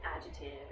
agitated